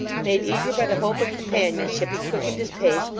made eager by the hope of companionship, he quickened his pace,